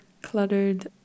cluttered